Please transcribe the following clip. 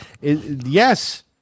Yes